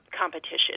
competition